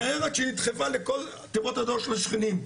ניירת שנדחפה לכל תיבות הדואר של השכנים,